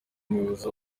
umuyobozi